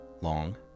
Long